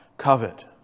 covet